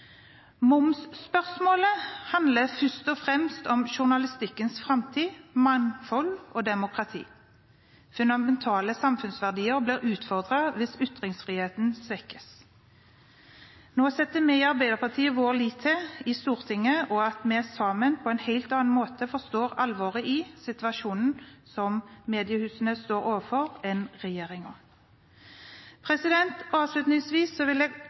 Momsspørsmålet handler først og fremst om journalistikkens framtid, mangfold og demokrati. Fundamentale samfunnsverdier blir utfordret hvis ytringsfriheten svekkes. Nå setter vi i Arbeiderpartiet vår lit til Stortinget, og til at vi sammen på en helt annen måte enn regjeringen forstår alvoret i den situasjonen som mediehusene står overfor.